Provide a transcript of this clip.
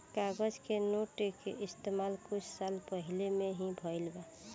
कागज के नोट के इस्तमाल कुछ साल पहिले में ही भईल बा